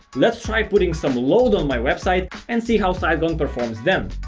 let's try putting some load on my website and see how siteground performs then.